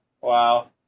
Wow